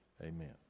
Amen